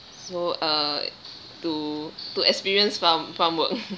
so uh to to experience farm farm work